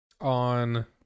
on